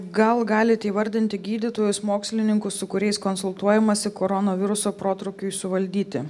gal galit įvardinti gydytojus mokslininkus su kuriais konsultuojamasi koronaviruso protrūkiui suvaldyti